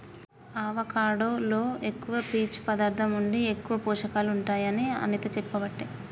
avocado లో ఎక్కువ పీచు పదార్ధం ఉండి ఎక్కువ పోషకాలు ఉంటాయి అని అనిత చెప్పబట్టే